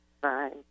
Bye